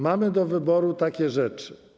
Mamy do wyboru takie rzeczy.